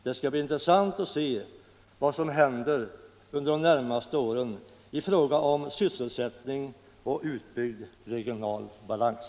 Det skall bli intressant att se vad som händer under de närmaste åren i fråga om sysselsättning och utbyggd regional balans.